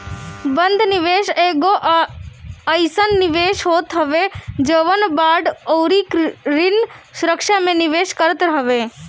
बंध निवेश एगो अइसन निवेश होत हवे जवन बांड अउरी ऋण सुरक्षा में निवेश करत हवे